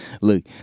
look